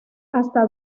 hasta